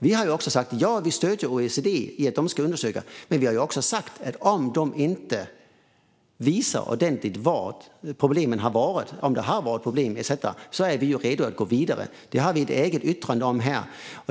Vi har sagt att vi stöder OECD rörande att de ska undersöka, men vi har också sagt att om de inte visar ordentligt vad problemen har varit, om det har varit problem, är vi redo att gå vidare. Det har vi ett eget yttrande om här.